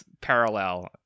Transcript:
parallel